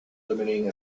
limiting